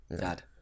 dad